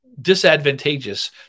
disadvantageous